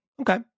Okay